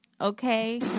okay